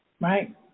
Right